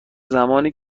زمانی